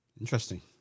Interesting